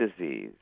disease